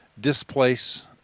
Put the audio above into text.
displace